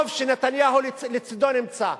טוב שנתניהו נמצא לצדו,